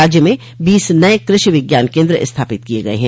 राज्य में बीस नये कृषि विज्ञान केन्द्र स्थापित किये गये हैं